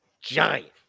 giant